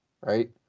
right